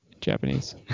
Japanese